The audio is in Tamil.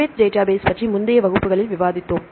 PUBMED டேட்டாபேஸ் பற்றி முந்தைய வகுப்புகளில் விவாதித்தோம்